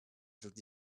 through